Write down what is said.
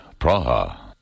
Praha